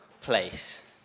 place